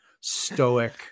stoic